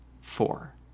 Four